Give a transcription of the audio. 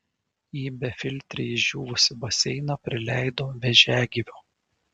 į befiltrį išdžiūvusį baseiną prileido vėžiagyvių